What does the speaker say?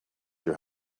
your